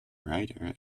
writer